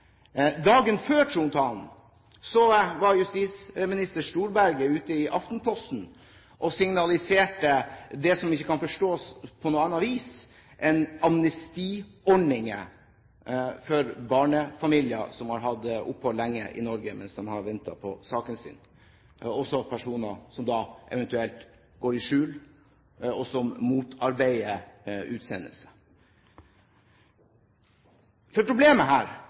Dagen før trontalen var justisminister Storberget ute i Aftenposten og signaliserte det som ikke kan forstås på noe annet vis enn amnestiordninger for barnefamilier som har hatt opphold lenge i Norge mens de har ventet på saken sin – og også da for personer som eventuelt går i skjul, og som motarbeider utsendelse. Problemet her